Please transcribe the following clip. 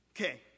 Okay